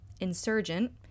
Insurgent